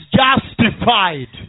justified